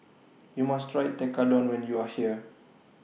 YOU must Try Tekkadon when YOU Are here